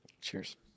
Cheers